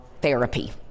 therapy